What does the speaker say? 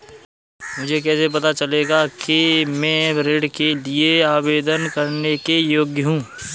मुझे कैसे पता चलेगा कि मैं ऋण के लिए आवेदन करने के योग्य हूँ?